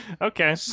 okay